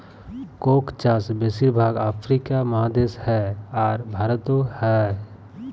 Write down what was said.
Coke চাষ বেশির ভাগ আফ্রিকা মহাদেশে হ্যয়, আর ভারতেও হ্য়য়